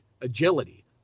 agility